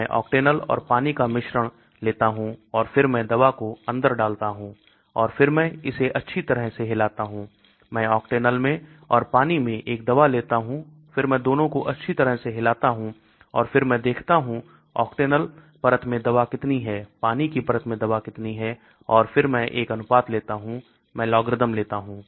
मैं octanol और पानी का मिश्रण लेता हूं और फिर मैं दवा को अंदर डालता हूं और फिर मैं इसे अच्छी तरह से हिलाता हूं मैं octanol मैं और पानी में एक दवा लेता हूं फिर मैं दोनों को अच्छी तरह से हिलाता हूं फिर मैं देखता हूं octanol परत में दवा कितनी है पानी की परत में दवा कितनी है और फिर मैं एक अनुपात लेता हूं मैं लॉग्र्रिदम लेता हूं